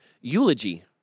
Eulogy